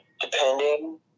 Depending